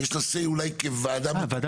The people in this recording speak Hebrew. יש לי אמירה אולי כוועדה --- אה,